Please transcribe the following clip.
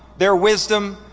their wisdom,